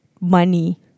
money